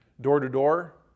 door-to-door